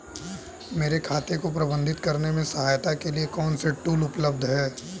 मेरे खाते को प्रबंधित करने में सहायता के लिए कौन से टूल उपलब्ध हैं?